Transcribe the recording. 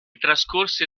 trascorse